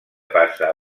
passa